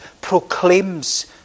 proclaims